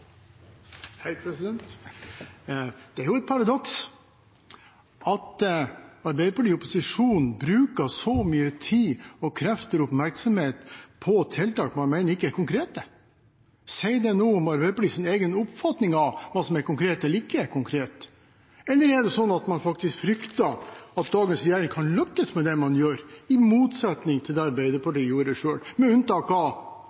jo et paradoks at Arbeiderpartiet i opposisjon bruker så mye tid, krefter og oppmerksomhet på tiltak man mener ikke er konkrete. Sier det noe om Arbeiderpartiets egen oppfatning av hva som er konkret eller ikke konkret? Eller er det sånn at man faktisk frykter at dagens regjering kan lykkes med det den gjør, i motsetning til det Arbeiderpartiet selv gjorde – med unntak